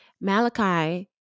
Malachi